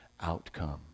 outcome